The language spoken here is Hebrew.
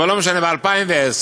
אבל לא משנה, ב-2010,